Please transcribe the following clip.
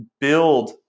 Build